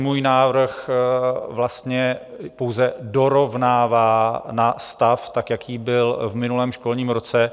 Můj návrh vlastně pouze dorovnává na stav, jaký byl v minulém školním roce.